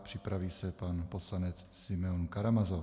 Připraví se pan poslanec Simeon Karamazov.